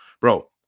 Bro